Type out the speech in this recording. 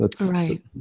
Right